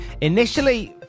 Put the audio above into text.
initially